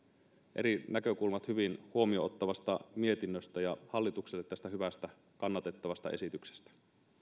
eri näkökulmat hyvin huomioon ottavasta mietinnöstä ja hallitukselle tästä hyvästä kannatettavasta esityksestä